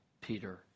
Peter